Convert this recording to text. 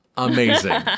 Amazing